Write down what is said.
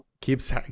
keeps